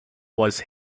was